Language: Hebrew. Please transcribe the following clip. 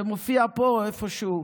זה מופיע פה איפשהו.